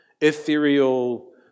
ethereal